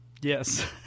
Yes